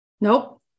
nope